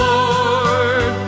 Lord